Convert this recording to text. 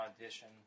audition